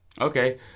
Okay